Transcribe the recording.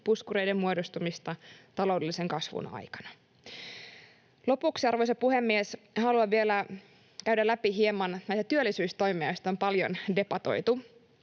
puskureiden muodostumista taloudellisen kasvun aikana. Arvoisa puhemies! Haluan vielä käydä läpi hieman näitä työllisyystoimia, joista on paljon debatoitu.